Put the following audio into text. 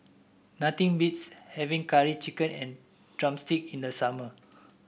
nothing beats having Curry Chicken and drumstick in the summer